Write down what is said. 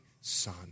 son